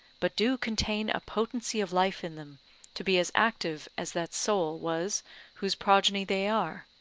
but do contain a potency of life in them to be as active as that soul was whose progeny they are